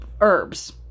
herbs